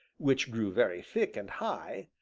which grew very thick and high,